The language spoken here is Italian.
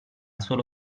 solo